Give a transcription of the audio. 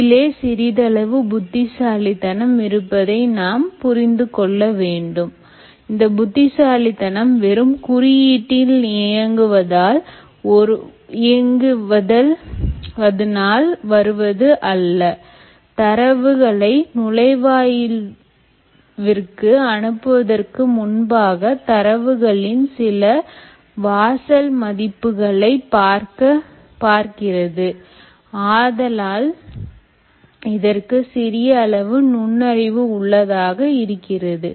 இதிலே சிறிதளவு புத்திசாலித்தனம் இருப்பதை நாம் புரிந்து கொள்ள வேண்டும் இந்த புத்திசாலித்தனம் வெறும் குறியீட்டின் இயங்குவதுனால் வருவது அல்ல தரவுகளை நுழைவாயில்விற்கு அனுப்புவதற்கு முன்பாக தரவுகளின் சில வாசல் மதிப்புகளை பார்க்கிறது ஆதலால் இதற்கு சிறிய அளவு நுண்ணறிவு உள்ளதாக இருக்கிறது